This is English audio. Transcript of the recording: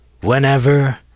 Whenever